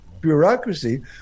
bureaucracy